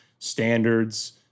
standards